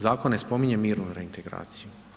Zakon ne spominje mirnu reintegraciju.